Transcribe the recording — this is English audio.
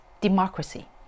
democracy